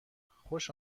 خوش